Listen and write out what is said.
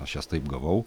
aš jas taip gavau